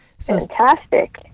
Fantastic